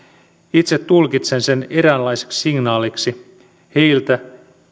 itse tulkitsen sen eräänlaiseksi signaaliksi heiltä